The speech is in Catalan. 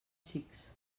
xics